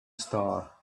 star